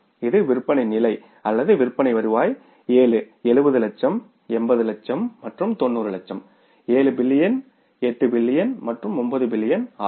இது விற்பனை நிலை அல்லது விற்பனை வருவாய் 7 70 லட்சம் 80 லட்சம் மற்றும் 90 லட்சம் 7 மில்லியன் 8 மில்லியன் மற்றும் 9 மில்லியன் ஆகும்